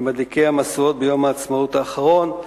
ממדליקי המשואות ביום העצמאות האחרון,